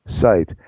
site